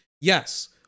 yes